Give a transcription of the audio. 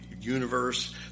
universe